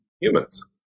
humans